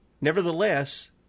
Nevertheless